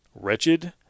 wretched